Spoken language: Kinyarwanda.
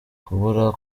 kubura